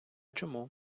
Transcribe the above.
чому